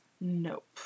nope